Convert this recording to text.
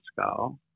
skull